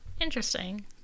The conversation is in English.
interesting